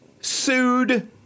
Sued